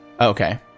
Okay